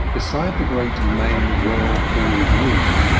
beside the great main whirlpool of wind,